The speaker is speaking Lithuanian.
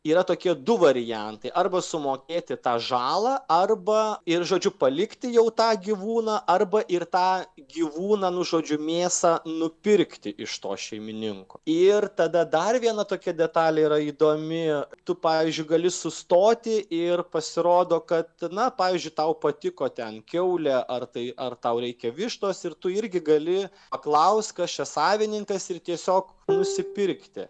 yra tokie du variantai arba sumokėti tą žalą arba ir žodžiu palikti jau tą gyvūną arba ir tą gyvūną nu žodžiu mėsą nupirkti iš to šeimininko ir tada dar viena tokia detalė yra įdomi tu pavyzdžiui gali sustoti ir pasirodo kad na pavyzdžiui tau patiko ten kiaulė ar tai ar tau reikia vištos ir tu irgi gali paklausk kas čia savininkas ir tiesiog nusipirkti